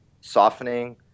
softening